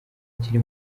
akiri